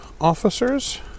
officers